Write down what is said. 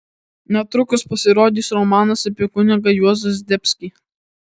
netrukus pasirodys romanas apie kunigą juozą zdebskį